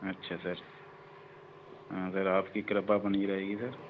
अच्छा सर अगर आपकी कृपा बनी रहेगी सर